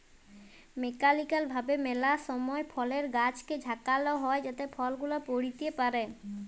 mechanical ভাবে ম্যালা সময় ফলের গাছকে ঝাঁকাল হই যাতে ফল গুলা পইড়তে পারে